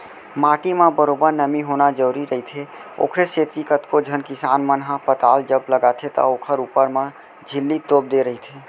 माटी म बरोबर नमी होना जरुरी रहिथे, ओखरे सेती कतको झन किसान मन ह पताल जब लगाथे त ओखर ऊपर म झिल्ली तोप देय रहिथे